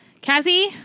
Cassie